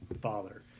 father